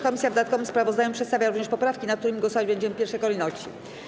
Komisje w dodatkowym sprawozdaniu przedstawiają również poprawki, nad którymi głosować będziemy w pierwszej kolejności.